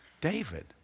David